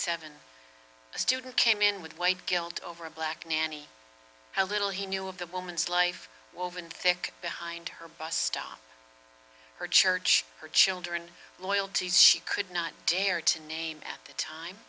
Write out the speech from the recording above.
seven a student came in with white guilt over a black nanny how little he knew of the woman's life thick behind her bus stop her church her children loyalties she could not dare to name the time